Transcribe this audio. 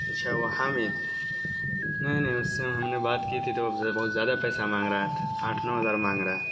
اچھا وہ حامد نہیں نہیں اس سے ہم نے بات کی تھی تو وہ بہت زیادہ پیسہ مانگ رہا تھا آٹھ نو ہزار مانگ رہا